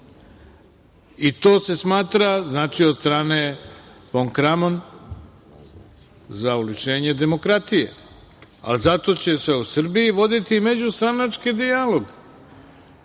To se smatra, znači od strane Fon Kramon za oličenje demokratije. Zato će se o Srbiji voditi međustranački dijalog.